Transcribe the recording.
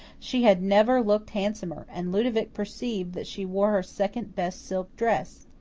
she had never looked handsomer, and ludovic perceived that she wore her second best silk dress.